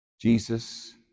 Jesus